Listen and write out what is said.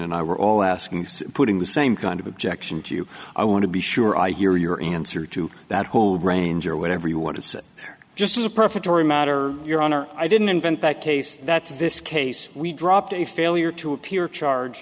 and i were all asking putting the same kind of objection to you i want to be sure i hear your answer to that whole range or whatever you want to say just as a perfect or a matter your honor i didn't invent that case that this case we dropped a failure to appear charge